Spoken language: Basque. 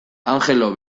angelo